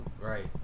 right